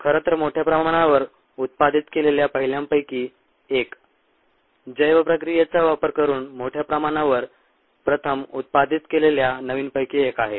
खरं तर मोठ्या प्रमाणावर उत्पादित केलेल्या पहिल्यांपैकी एक जैव प्रक्रियेचा वापर करून मोठ्या प्रमाणावर प्रथम उत्पादित केलेल्या नवीनपैकी एक आहे